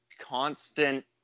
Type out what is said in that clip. constant